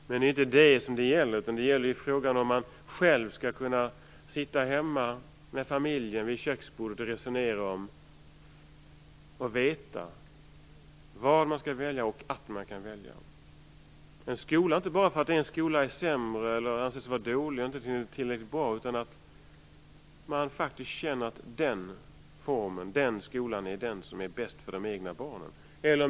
Men det är inte det som frågan gäller, utan det gäller om man själv skall kunna sitta med familjen hemma vid köksbordet och resonera och då veta vad man skall välja och att man kan välja. Man väljer inte en skola bara för att en annan skola är sämre, anses vara dålig eller inte tillräckligt bra, utan för att man faktiskt känner att en viss skola är bäst för de egna barnen.